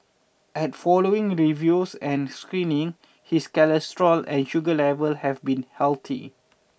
at following reviews and screening his cholesterol and sugar level have been healthy